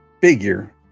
figure